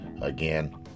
Again